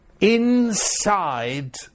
inside